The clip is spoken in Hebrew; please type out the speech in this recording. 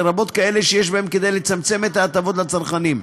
לרבות כאלה שיש בהם כדי לצמצם את ההטבות לצרכנים.